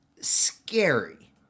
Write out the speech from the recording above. Scary